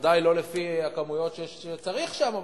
בוודאי לא לפי הכמויות שצריך שם,